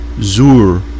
Zur